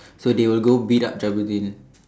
so they will go beat up Jabudeen